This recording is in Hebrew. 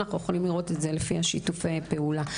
אנחנו יכולים לראות את זה לפי שיתופי הפעולה.